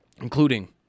including